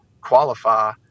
qualify